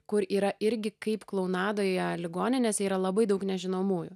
kur yra irgi kaip klounadoje ligoninėse yra labai daug nežinomųjų